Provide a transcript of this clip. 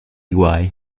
guai